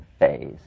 phase